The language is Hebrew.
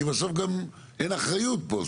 כי בסוף גם אין אחריות פה.